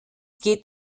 geht